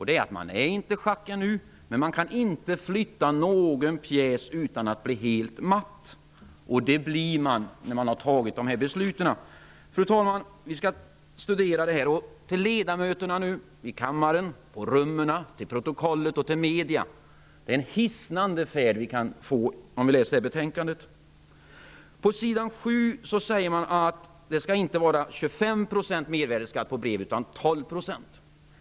Det är att man inte ännu är schack, men man kan inte flytta någon pjäs utan bli helt matt, och det blir man när man fattat dessa beslut. Fru talman! Vi skall studera detta. Till ledamöterna i kammaren och på rummen, till protokollet och till medierna vill jag säga: Det är en hisnande färd vi kan få om vi läser detta betänkande. På s. 7 sägs att det inte skall vara 25 % mervärdesskatt på brev utan 12 %.